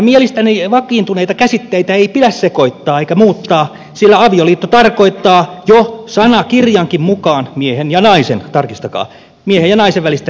mielestäni vakiintuneita käsitteitä ei pidä sekoittaa eikä muuttaa sillä avioliitto tarkoittaa jo sanakirjankin mukaan miehen ja naisen tarkistakaa miehen ja naisen välistä liittoa